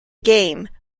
game